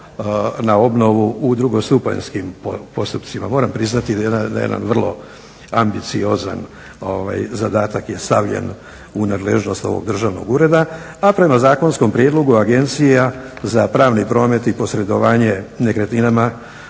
na obnovu u drugostupanjskim postupcima. Moram priznati da je vrlo ambiciozan je zadatak stavljen u nadležnost ovog državnog ureda, a prema zakonskom prijedlogu Agencija za pravni promet i posredovanje nekretninama